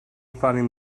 finding